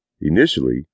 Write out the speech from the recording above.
Initially